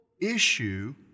issue